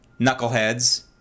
knuckleheads